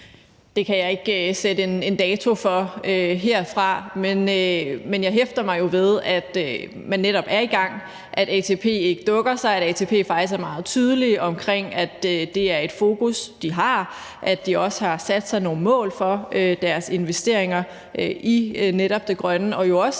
Det kan jeg ikke sætte en dato på herfra. Men jeg hæfter mig jo ved, at man netop er i gang, at ATP ikke dukker sig, at ATP faktisk er meget tydelige omkring, at det er et fokus, de har, og at de også har sat sig nogle mål for deres investeringer i netop det grønne, og også